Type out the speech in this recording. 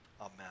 Amen